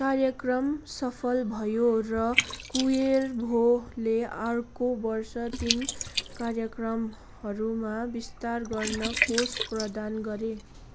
कार्यक्रम सफल भयो र कुएर्भोले अर्को वर्ष तिन कार्यक्रमहरूमा विस्तार गर्न कोष प्रदान गरे